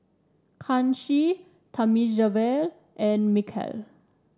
Kanshi Thamizhavel and Milkha